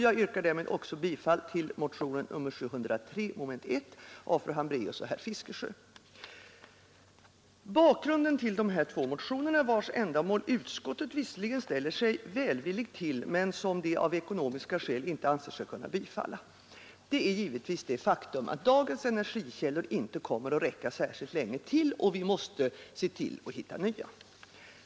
Jag yrkar därmed också bifall till motionen nr 703, mom. 1, av fru Hambraeus och herr Fiskesjö. Bakgrunden till de här två motionerna, vilkas ändamål utskottet visserligen ställer sig välvilligt till men som det av ekonomiska skäl inte anser sig kunna bifalla, är givetvis det faktum att dagens energikällor inte kommer att räcka särskilt länge till och att vi måste se till att hitta nya.